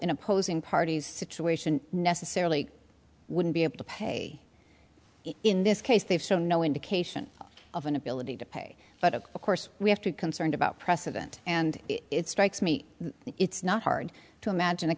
in opposing parties situation necessarily wouldn't be able to pay it in this case they've shown no indication of an ability to pay but of course we have to concerned about precedent and it strikes me that it's not hard to imagine a